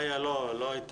איה לא ב-זום.